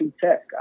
Tech